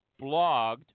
blogged